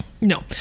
No